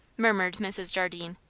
murmured mrs. jardine.